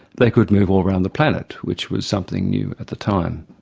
they could move all around the planet, which was something new at the time.